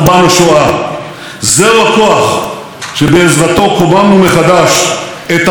זהו הכוח שבעזרתו קוממנו מחדש את ארצנו ואת מדינתנו,